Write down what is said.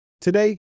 Today